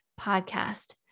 podcast